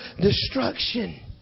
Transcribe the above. destruction